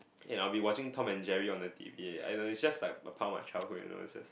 and I'll be watching Tom and Jerry on the T_V eh I know it's just like a part of my childhood you know is just